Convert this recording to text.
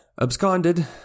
absconded